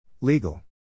Legal